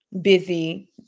busy